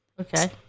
okay